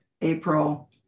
April